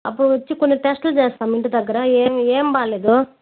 అప్పుడొచ్చి కొన్ని టెస్ట్లు చేస్తాము ఇంటి దగ్గర ఏమి ఏమి బాగాలేదు